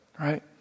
right